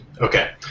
Okay